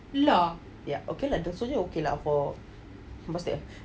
ya okay lah the soldier okay lah for my taste